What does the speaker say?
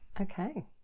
Okay